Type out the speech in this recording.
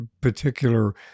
particular